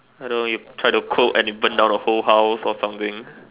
I don't know you try to cook and you burn down the whole house or something